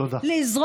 תודה.